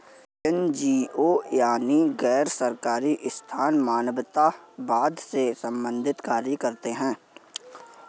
NGO यानी गैर सरकारी संस्थान मानवतावाद से संबंधित कार्य करते हैं